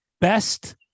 best